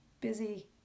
busy